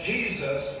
Jesus